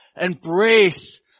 embrace